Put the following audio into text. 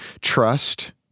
Trust